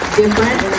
different